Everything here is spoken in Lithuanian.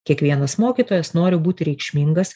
kiekvienas mokytojas nori būti reikšmingas